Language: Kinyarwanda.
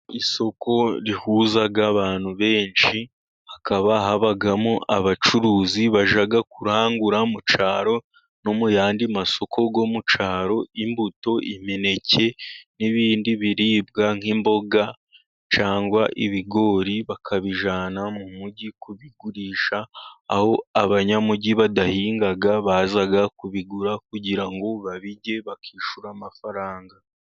Isoko rihuza abantu benshi，hakaba habamo abacuruzi，bajya kurangura mu cyaro no mu yandi masoko bo mu cyaro，imbuto， imineke，n'ibindi biribwa nk'imboga，cyangwa ibigori， bakabijyana mu mujyi kubigurisha， aho abanyamujyi badahinga，baza kubigura，kugira ngo babirye， bakishyura amafaranga.